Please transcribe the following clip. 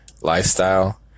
lifestyle